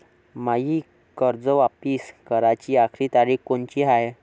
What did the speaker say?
मायी कर्ज वापिस कराची आखरी तारीख कोनची हाय?